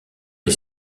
est